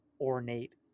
ornate